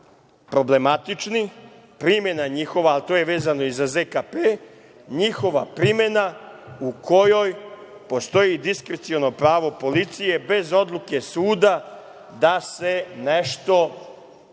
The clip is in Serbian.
problematični. Primena njihova, a to je vezano i za ZKP njihova primena u kojoj postoji diskreciono pravo policije bez odluke suda da se